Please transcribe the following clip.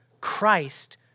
Christ